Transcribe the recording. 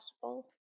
possible